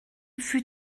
fut